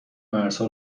مرزها